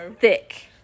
thick